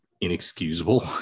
inexcusable